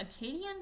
Acadian